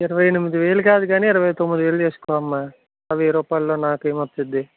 ఇరవై ఎనిమిదివేలు కాదు కాని ఇరవై తొమ్మిదివేలు చేసుకో అమ్మ ఆ వెయ్యి రూపాయల్లో నాకేమి వస్తుంది